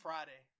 Friday